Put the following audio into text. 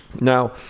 Now